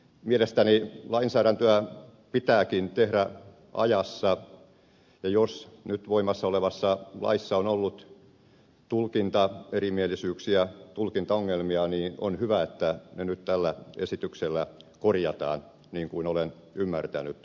mielestäni lainsäädäntöä pitääkin tehdä ajassa ja jos nyt voimassa olevassa laissa on ollut tulkintaerimielisyyksiä tulkintaongelmia niin on hyvä että ne nyt tällä esityksellä korjataan niin kuin olen ymmärtänyt